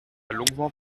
longuement